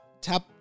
tap